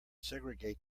segregate